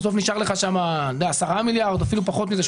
בסוף נשארים לך שם 10 מיליארד שקלים ואפילו פחות מזה,